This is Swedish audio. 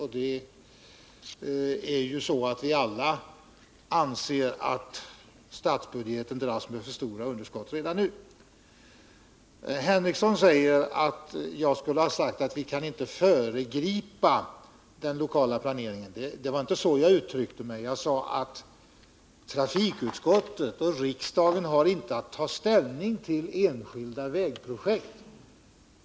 Vi anser ju alla att statsbudgeten dras med för stora underskott redan nu. Sven Henricsson påstod att jag har sagt att vi inte kan föregripa den lokala planeringen. Så uttryckte jag mig inte. Jag sade att trafikutskottet och riksdagen inte har att ta ställning till enskilda vägprojekt.